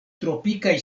tropikaj